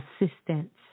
assistance